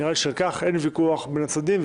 נראה לי שעל כך אין ויכוח בין הצדדים.